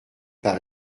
par